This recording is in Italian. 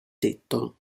tetto